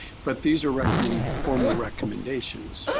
but these are recommend formal recommendations,